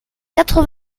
quatre